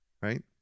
right